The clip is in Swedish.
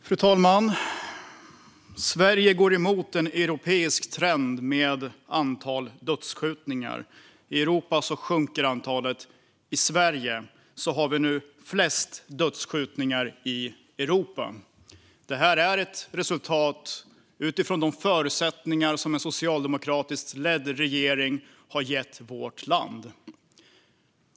Fru talman! Sverige går emot en europeisk trend i antal dödsskjutningar. I Europa sjunker antalet. Sverige har nu flest dödsskjutningar i Europa. Det är ett resultat utifrån de förutsättningar som en socialdemokratiskt ledd regering har gett vårt land.